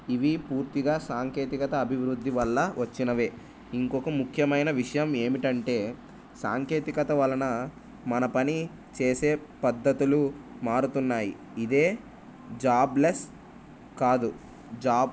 ఇవి పూర్తిగా సాంకేతికత అభివృద్ధి వల్ల వచ్చినవే ఇంకొక ముఖ్యమైన విషయం ఏమిటంటే సాంకేతికత వలన మన పని చేసే పద్ధతులు మారుతున్నాయి ఇదే జాబ్లెస్ కాదు జాబ్